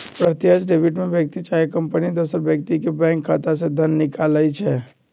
प्रत्यक्ष डेबिट में व्यक्ति चाहे कंपनी दोसर व्यक्ति के बैंक खता से धन निकालइ छै